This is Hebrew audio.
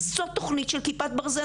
זאת תוכנית של כיפת ברזל